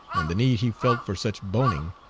and the need he felt for such boning,